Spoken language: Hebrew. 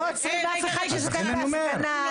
לא עוצרים אף אחד שהשתתף בהפגנה,